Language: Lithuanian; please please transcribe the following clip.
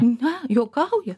na juokauja